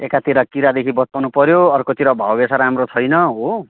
एकातिर किरादेखि बचाउनु पऱ्यो अर्कोतिर भाउ बेचा राम्रो छैन हो